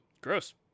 Gross